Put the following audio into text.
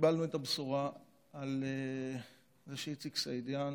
כשקיבלנו את הבשורה שאיציק סעידיאן